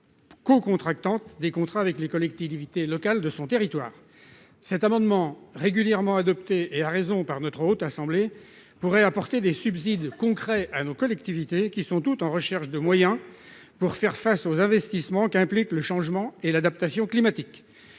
cocontractante des contrats avec les collectivités locales de son territoire. Cet amendement régulièrement adopté- et à raison -par notre Haute Assemblée pourrait apporter des subsides concrets à nos collectivités, qui sont toutes en recherche de moyens pour faire face aux investissements qu'impliquent le changement et l'adaptation climatiques.